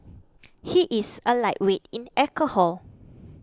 he is a lightweight in alcohol